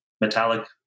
metallic